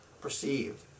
perceived